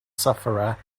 sufferer